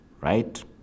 Right